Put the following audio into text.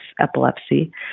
epilepsy